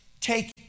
Take